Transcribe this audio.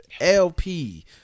lp